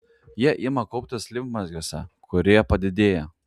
jie ima kauptis limfmazgiuose kurie padidėja